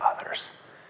others